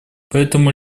поэтому